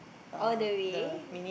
all the way